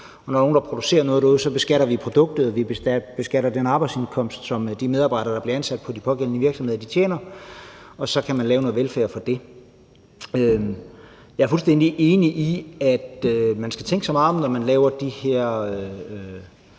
når der er nogen, der producerer noget derude, beskatter vi produktet, og vi beskatter den arbejdsindkomst, som de medarbejdere, der bliver ansat på de pågældende virksomheder, tjener, og så kan man lave noget velfærd for det. Jeg er fuldstændig enig i, at man skal tænke sig meget om, når man laver de her